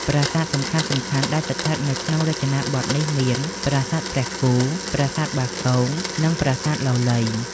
ប្រាសាទ សំខាន់ៗដែលស្ថិតនៅក្នុងរចនាបថនេះមាន ប្រាសាទព្រះគោ ប្រាសាទបាគង និងប្រាសាទលលៃ។